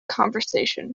conversation